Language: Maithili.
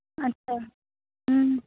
अच्छा हँ